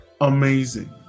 amazing